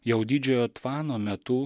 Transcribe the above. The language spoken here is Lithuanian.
jau didžiojo tvano metu